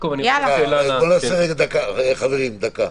חברים, דקה.